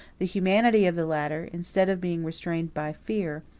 the humanity of the latter, instead of being restrained by fear,